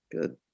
good